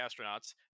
Astronauts